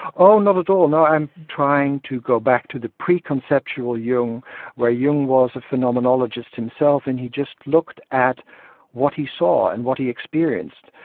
oh not at all, i'm trying to go back to the preconceptual jung where jung was a phenomenologist himself and he just looked at what he saw and what he experienced.